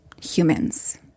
humans